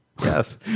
Yes